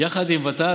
יחד עם ות"ת,